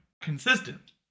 consistent